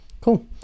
Cool